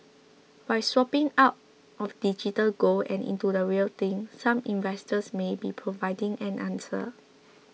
by swapping out of digital gold and into the real thing some investors may be providing an answer